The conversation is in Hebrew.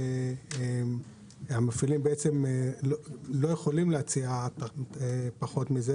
שהמפעילים לא יכולים להציע פחות ממנו,